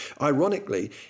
Ironically